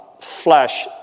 flesh